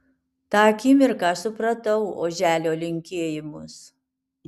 tą akimirką supratau oželio linkėjimus